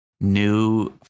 new